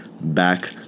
back